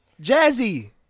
Jazzy